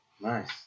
Nice